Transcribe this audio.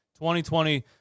2020